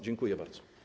Dziękuję bardzo.